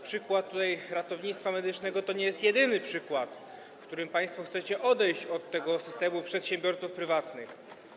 Przykład ratownictwa medycznego to nie jest jedyny przykład tego, jak państwo chcecie odejść od systemu przedsiębiorców prywatnych.